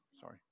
sorry